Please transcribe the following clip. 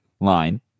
line